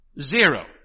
zero